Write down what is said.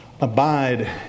Abide